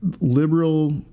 liberal